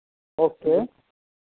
okay